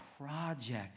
project